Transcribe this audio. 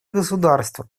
государства